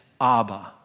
Abba